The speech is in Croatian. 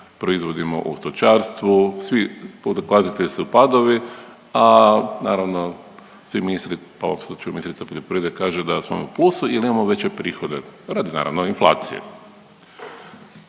proizvodimo u stočarstvu, svi pokazatelji su padovi, a naravno svi ministri, pa u ovom slučaju ministrica poljoprivrede kaže da smo u plusu jel imamo veće prihode, radi naravno inflacije.